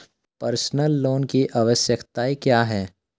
Personal loan की आवश्यकताएं क्या हैं?